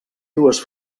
dues